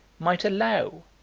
might allow,